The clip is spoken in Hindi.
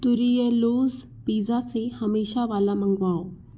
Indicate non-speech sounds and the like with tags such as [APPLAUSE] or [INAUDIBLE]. [UNINTELLIGIBLE] पिज़्ज़ा से हमेशा वाला मँगवाओ